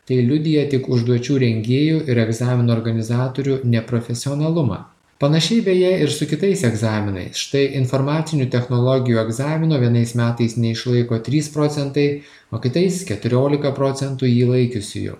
tai liudija tik užduočių rengėjų ir egzamino organizatorių neprofesionalumą panašiai beje ir su kitais egzaminais štai informacinių technologijų egzamino vienais metais neišlaiko trys procentai o kitais keturiolika procentų jį laikiusiųjų